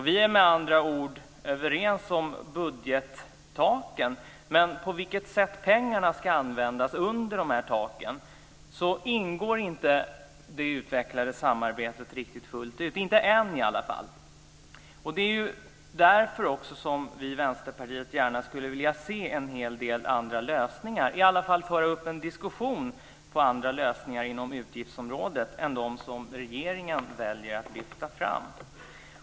Vi är med andra ord överens om budgettaken, men det ingår inte riktigt fullt ut i det utvecklade samarbetet på vilket sätt pengarna ska användas under de här taken - inte än i alla fall. Det är därför vi i Vänsterpartiet gärna skulle vilja se en hel del andra lösningar. Vi vill i alla fall diskutera andra lösningar inom utgiftsområdet än de som regeringen väljer att lyfta fram.